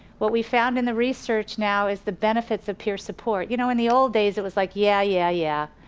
what we found in the research now is the benefits of peer support. you know in the old days, it was like yeah, yeah, yeah.